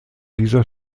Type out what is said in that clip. dieser